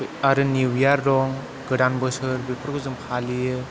आरो निउ यार दं गोदान बोसोर बेफोरखौ जों फालियो